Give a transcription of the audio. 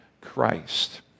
Christ